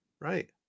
Right